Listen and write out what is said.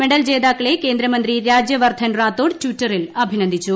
medal ജേതാക്കളെ കേന്ദ്രമന്ത്രി രാജ്യവർദ്ധൻ റാത്തോഡ് ട്വീറ്ററിൽ അഭിനന്ദിച്ചു